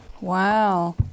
Wow